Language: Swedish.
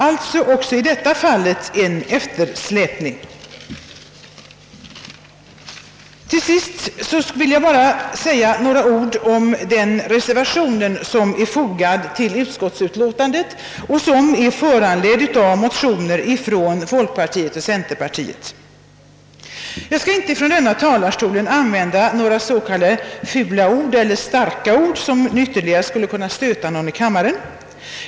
Alltså föreligger en eftersläpning även i detta fall. Till sist vill jag bara säga några ord om den reservation som är fogad till utskottsutlåtandet och som är föranledd av motioner från folkpartiet och centerpartiet. Jag skall inte från denna talarstol använda några s.k. fula ord eller starka ord, som ytterligare skulle kunna stöta någon i kammaren.